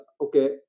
okay